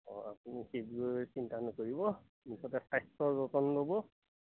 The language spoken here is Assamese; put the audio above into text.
অঁ আপুনি সেইবোৰ চিন্তা নকৰিব মুঠতে স্বাস্থ্যৰ যতন ল'ব